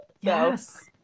yes